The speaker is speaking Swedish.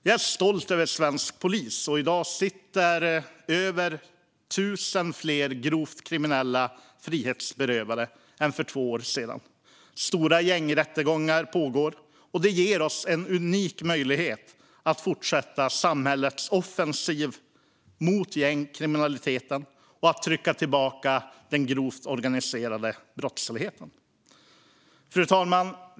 Jag är stolt över svensk polis. I dag sitter över 1 000 fler grovt kriminella frihetsberövade än för två år sedan. Stora gängrättegångar pågår. Det ger oss en unik möjlighet att fortsätta samhällets offensiv mot gängkriminaliteten och att trycka tillbaka den grova organiserade brottsligheten. Fru talman!